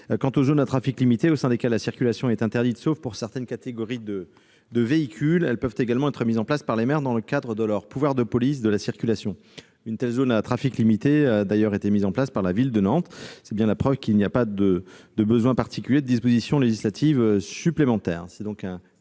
Les zones à trafic limité, au sein desquelles la circulation est interdite sauf pour certaines catégories de véhicules, peuvent également être mises en place par les maires, dans le cadre de leur pouvoir de police de la circulation. Une telle zone a d'ailleurs été mise en place par la ville de Nantes. C'est bien la preuve qu'il n'y a pas besoin de dispositions législatives supplémentaires.